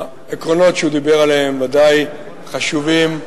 העקרונות שהוא דיבר עליהם בוודאי חשובים.